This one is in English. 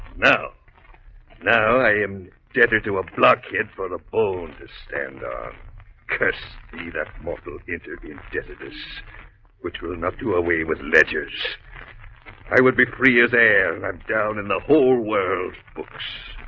now now i am deadly to a blockhead for the bone to stand cursed be that mortal intervened jealous which will not do away with ledger's i would be free as air and um down in the whole world books